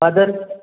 father